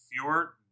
fewer